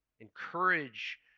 Encourage